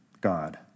God